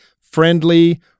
friendly